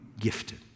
gifted